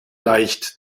leicht